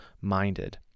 minded